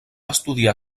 estudiar